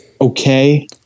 Okay